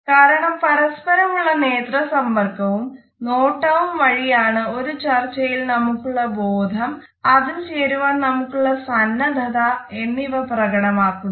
കാരണം പരസ്പരം ഉള്ള നേത്ര സമ്പർക്കവും നോട്ടവും വഴി ആണ് ഒരു ചർച്ചയിൽ നമുക്കുള്ള ബോധം അതിൽ ചേരുവാൻ നമുക്കുള്ള സന്നദ്ധത എന്നിവ പ്രകടമാക്കുന്നത്